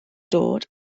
dod